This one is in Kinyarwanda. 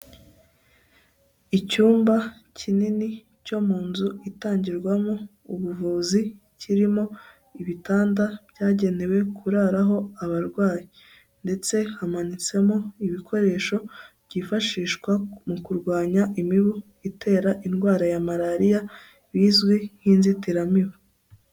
Icyumba kinini cyo mu nzu itangirwamo ubuvuzi kirimo ibitanda byagenewe kuraraho abarwayi ndetse hamanitsemo ibikoresho byifashishwa mu kurwanya imibu itera indwara ya malariya bizwi nk'inzitiramibu.